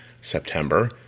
September